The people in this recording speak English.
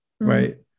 right